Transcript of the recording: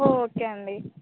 ఓ okay అండి